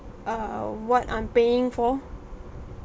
err what I'm paying for